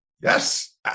Yes